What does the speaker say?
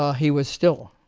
ah he was still